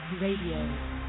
Radio